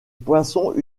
poisson